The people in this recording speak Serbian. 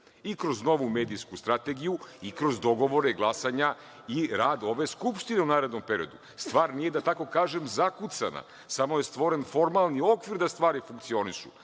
i kroz novu medijsku strategiju, i kroz dogovore i glasanja i rad ove Skupštine u narednom periodu. Stvar nije, da tako kažem, zakucana, samo je stvoren formalni okvir da stvari funkcionišu.